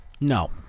No